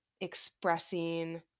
expressing